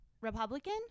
republican